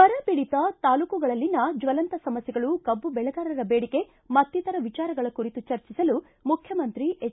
ಬರಪೀಡಿತ ತಾಲೂಕುಗಳಲ್ಲಿನ ಜ್ವಲಂತ ಸಮಸ್ಯೆಗಳು ಕಬ್ಬು ಬೆಳೆಗಾರರ ಬೇಡಿಕೆ ಮತ್ತಿತರ ವಿಚಾರಗಳ ಕುರಿತು ಚರ್ಚಿಸಲು ಮುಖ್ಯಮಂತ್ರಿ ಎಚ್